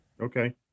Okay